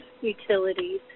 utilities